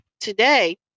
Today